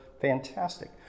Fantastic